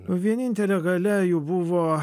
vienintelė galia jų buvo